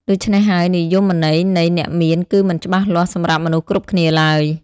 ដូច្នេះហើយ និយមន័យនៃ អ្នកមាន គឺមិនច្បាស់លាស់សម្រាប់មនុស្សគ្រប់គ្នាឡើយ។